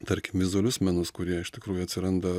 tarkim vizualius menus kurie iš tikrųjų atsiranda